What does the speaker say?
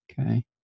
okay